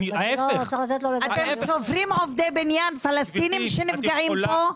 ההיפך --- אתם סופרים עובדי בניין פלסטיניים שנפגעים פה?